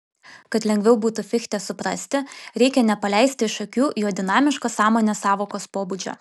kad lengviau būtų fichtę suprasti reikia nepaleisti iš akių jo dinamiško sąmonės sąvokos pobūdžio